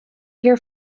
here